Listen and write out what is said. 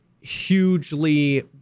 hugely